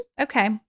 okay